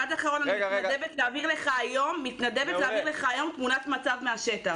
אני מתנדבת להעביר לך היום תמונת מצב מהשטח.